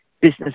business